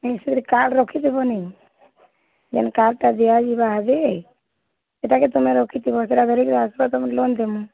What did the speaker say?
ଏମ୍ତି ଗୁଟେ କାର୍ଡ଼୍ ରଖିଥିବନି ଯେନ୍ କାର୍ଡ଼୍ଟା ଦିଆଯିବା ଇହାଦେ ସେଟାକେ ତୁମେ ରଖିଥିବ ସେଟା ଧରିକରି ଆସିବ ତମ୍କୁ ଲୋନ୍ ଦେମୁ